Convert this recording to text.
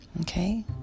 Okay